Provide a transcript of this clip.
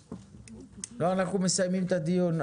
אנחנו מסיימים את הדיון.